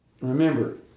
remember